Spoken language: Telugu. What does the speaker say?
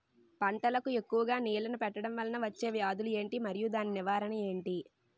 పంటలకు ఎక్కువుగా నీళ్లను పెట్టడం వలన వచ్చే వ్యాధులు ఏంటి? మరియు దాని నివారణ ఏంటి?